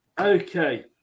okay